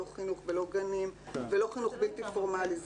חינוך ולא גנים ולא חינוך בלתי פורמלי,